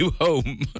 home